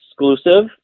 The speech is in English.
exclusive